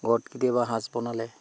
ঘৰত কেতিয়াবা সাঁজ বনালে